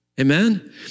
Amen